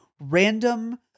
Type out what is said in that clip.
random